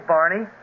Barney